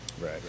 Right